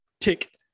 tick